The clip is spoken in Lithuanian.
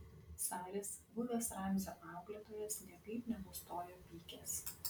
saris buvęs ramzio auklėtojas niekaip nenustojo pykęs